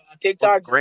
TikTok